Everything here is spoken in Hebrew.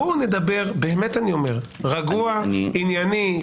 בואו נדבר רגוע, ענייני.